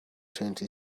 twenty